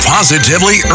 Positively